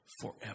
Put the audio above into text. forever